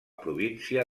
província